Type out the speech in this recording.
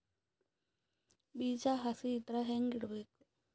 ಬೀಜ ಹಸಿ ಇದ್ರ ಹ್ಯಾಂಗ್ ಇಡಬೇಕು?